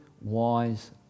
wise